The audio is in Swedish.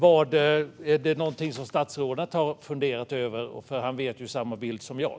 Är detta något som statsrådet har funderat över? Han vet ju bilden, precis som jag.